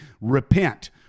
repent